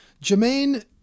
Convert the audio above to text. Jermaine